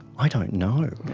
i don't know.